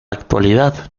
actualidad